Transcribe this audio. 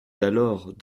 d’alors